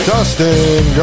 Dustin